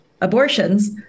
abortions